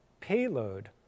payload